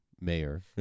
mayor